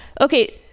okay